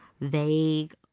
vague